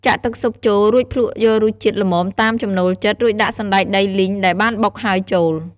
ចាក់ទឹកស៊ុបចូល រួចភ្លក្សយករសជាតិល្មមតាមចំណូលចិត្ត រួចដាក់សណ្តែកដីលីងដែលបានបុកហើយចូល។